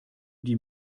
die